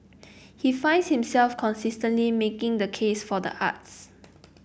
he finds himself consistenly making the case for the arts